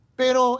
pero